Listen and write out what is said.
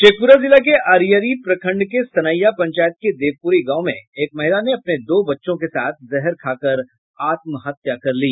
शेखपुरा जिला के अरियरी प्रखण्ड के सनैया पंचायत के देवपुरी गांव में एक महिला ने अपने दो बच्चों के साथ जहर खाकर आत्म हत्या कर लिया